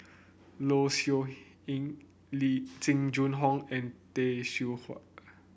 Low Siew Lee Jing Jun Hong and Tay Seow Huah